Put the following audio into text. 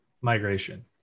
migration